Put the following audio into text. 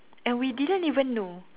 and we didn't even know